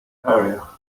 area